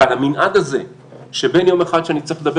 ועל המנעד הזה שבין יום אחד שאני צריך לדבר